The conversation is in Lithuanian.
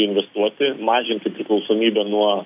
investuoti mažinti priklausomybę nuo